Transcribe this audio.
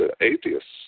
atheists